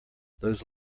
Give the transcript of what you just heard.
those